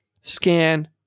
scan